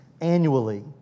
annually